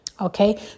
Okay